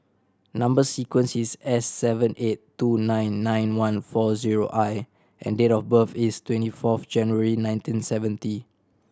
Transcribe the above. number sequence is S seven eight two nine nine one four zero I and date of birth is twenty fourth January nineteen seventy